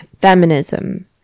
feminism